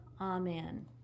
Amen